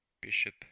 Bishop